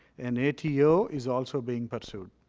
and a t o. is also being pursued.